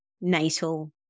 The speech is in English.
natal